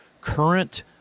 current